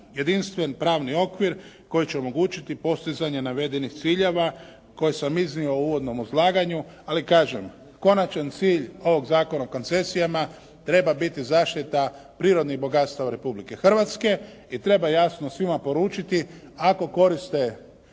jedinstven pravni okvir koji će omogućiti postizanje navedenih ciljeva koje sam iznio u uvodnom izlaganju, ali kažem konačan cilj ovog Zakona o koncesijama treba biti zaštita prirodnih bogatstava Republike Hrvatske i treba jasno svima poručiti ako koriste